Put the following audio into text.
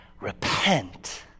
repent